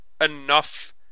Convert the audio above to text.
enough